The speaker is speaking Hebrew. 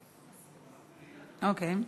אוקיי.